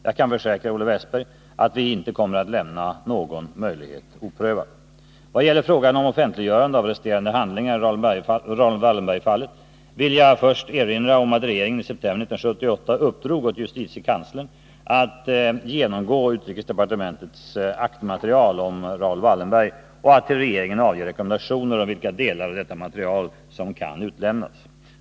Jag kan försäkra Olle Wästberg att vi inte kommer att lämna någon möjlighet oprövad. Vad gäller frågan om offentliggörande av resterande handlingar i Raoul Wallenberg-fallet vill jag först erinra om att regeringen i september 1978 uppdrog åt justitiekanslern att genomgå utrikesdepartementets aktmaterial om Raoul Wallenberg och att till regeringen avge rekommendationer om vilka delar av detta material som kan utlämnas.